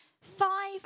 Five